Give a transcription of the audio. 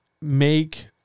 make